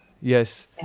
yes